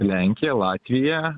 lenkiją latviją